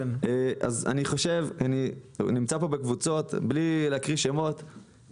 בלי לנקוב בשמות,